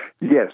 Yes